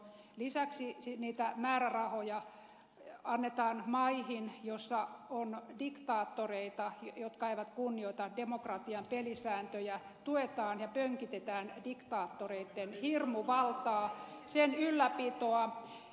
lisäksi niitä määrärahoja annetaan maihin joissa on diktaattoreita jotka eivät kunnioita demokratian pelisääntöjä tuetaan ja pönkitetään diktaattoreitten hirmuvaltaa sen ylläpitoa